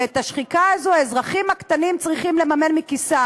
ואת השחיקה הזו האזרחים הקטנים צריכים לממן מכיסם.